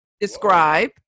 describe